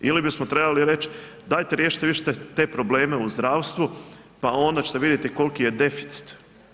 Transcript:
Ili bismo trebali reć dajte riješite više te probleme u zdravstvu pa onda ćete vidjeti koliki je deficit.